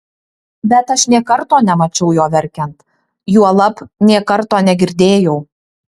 bet aš nė karto nemačiau jo verkiant juolab nė karto negirdėjau